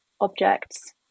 objects